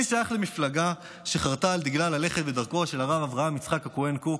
אני שייך למפלגה שחרתה על דגלה ללכת בדרכו של הרב אברהם יצחק הכהן קוק,